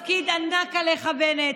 התפקיד ענק עליך, בנט.